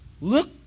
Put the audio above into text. look